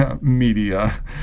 media